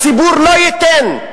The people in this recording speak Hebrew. הציבור לא ייתן.